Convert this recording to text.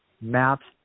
maps